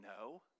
no